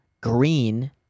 Green